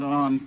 on